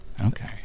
Okay